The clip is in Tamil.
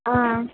ஆ